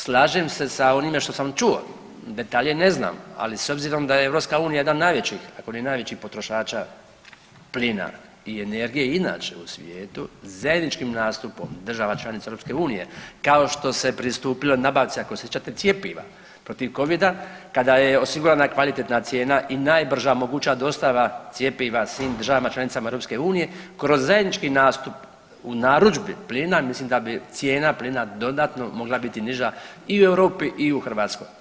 Slažem se sa onime što sam čuo, detalje ne znam, ali s obzirom da je EU jedan od najvećih ako ne i najveći potrošača plina i energije i inače u svijetu zajednički nastupom država članica EU kao što se pristupilo nabavci ako se sjećate cjepiva protiv Covida kada je osigurana kvalitetna cijena i najbrža moguća dostava cjepiva svim državama članicama EU kroz zajednički nastup u narudžbi plina mislim da bi cijena plina dodatno mogla biti niža i u Europi i u Hrvatskoj.